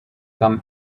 come